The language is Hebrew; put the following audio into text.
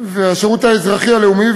והשירות האזרחי-לאומי,